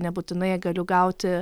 nebūtinai galiu gauti